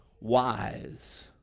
wise